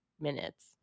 minutes